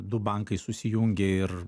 du bankai susijungė ir